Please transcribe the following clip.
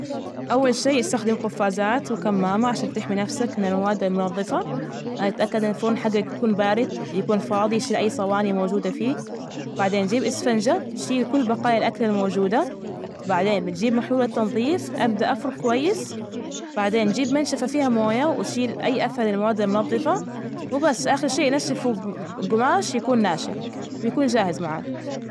أول شي استخدم قفازات وكمامة عشان تحمي نفسك من المواد المنظفة، أتأكد من الفرن حجك يكون بارد يكون فاضي، شيل أي صواني موجودة فيه، بعدين جيب إسفنجة، شيل كل بقايا الأكل الموجودة بعدين بتجيب محلول التنظيف، أبدء أفرك كويس، بعدين جيب منشفة فيها مويه وأشيل أي أسهل المواد المنضفة وبس. آخر شي نشفوا بجماش يكون ناشف، وبيكون جاهز معاك.